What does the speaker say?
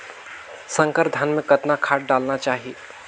संकर धान मे कतना खाद डालना चाही?